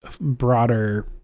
broader